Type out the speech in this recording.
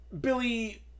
Billy